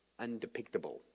undepictable